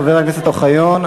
חבר הכנסת אוחיון,